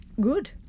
good